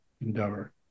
endeavor